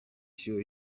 sure